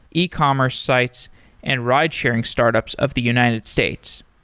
e commerce sites and ridesharing startups of the united states.